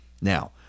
now